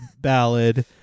ballad